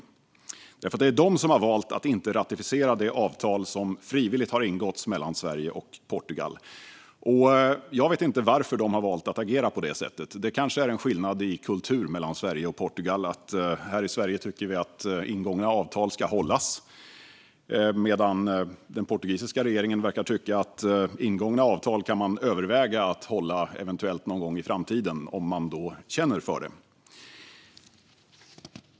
Det är nämligen den portugisiska regeringen som har valt att inte ratificera det avtal som frivilligt har ingåtts mellan Sverige och Portugal. Jag vet inte varför de har valt att agera på det sättet. Det kanske är en skillnad i kultur mellan Sverige och Portugal. Här i Sverige tycker vi att ingångna avtal ska hållas, medan den portugisiska regeringen verkar tycka att ingångna avtal kan man överväga att eventuellt hålla någon gång i framtiden, om man känner för det.